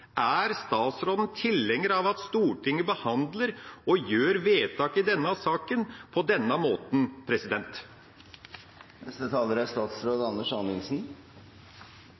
Er statsråden tilhenger av at Stortinget behandler og gjør vedtak i denne saken på denne måten?